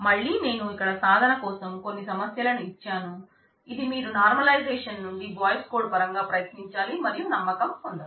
మళ్ళీ నేను ఇక్కడ సాధన కోసం కొన్ని సమస్య లను ఇచ్చాను ఇది మీరు నార్మలైజేషన్ పరంగా ప్రయత్నించాలి మరియు నమ్మకం పొందాలి